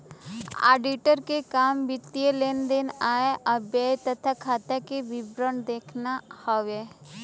auditor क काम वित्तीय लेन देन आय व्यय तथा खाता क विवरण देखना हउवे